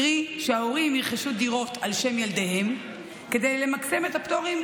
קרי שההורים ירכשו דירות על שם ילדיהם כדי למקסם את הפטורים,